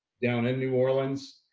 down in new orleans.